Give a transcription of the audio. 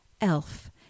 Elf